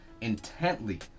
intently